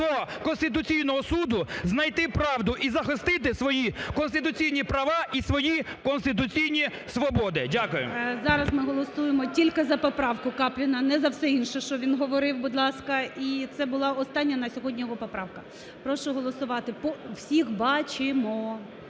до Конституційного Суду, знайти правду і захистити свої конституційні права і свої конституційні свободи. Дякую. ГОЛОВУЮЧИЙ. Зараз ми голосуємо тільки за поправку Капліна, не за все інше, що він говорив, будь ласка. І це була остання на сьогодні його поправка. Прошу голосувати. Всіх бачимо.